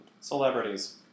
Celebrities